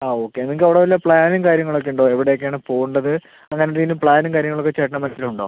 ആ ഓക്കെ നിങ്ങൾക്ക് അവിടെ വല്ല പ്ലാനും കാര്യങ്ങളൊക്കെ ഉണ്ടോ എവിടേക്കാണ് പോവേണ്ടത് അങ്ങനെ എന്തെങ്കിലും പ്ലാനും കാര്യങ്ങളൊക്കെ ചേട്ടൻ്റെ മനസ്സിൽ ഉണ്ടോ